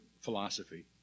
philosophy